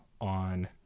on